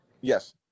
Yes